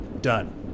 Done